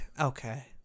okay